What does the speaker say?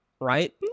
right